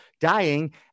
dying